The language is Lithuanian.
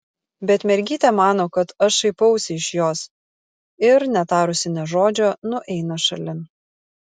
bet mergytė mano kad aš šaipausi iš jos ir netarusi nė žodžio nueina šalin